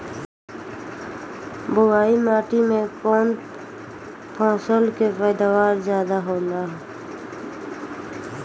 बालुई माटी में कौन फसल के पैदावार ज्यादा होला?